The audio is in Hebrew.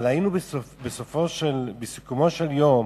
אבל בסיכומו של יום